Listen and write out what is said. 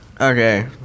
Okay